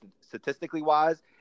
statistically-wise